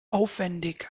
aufwendig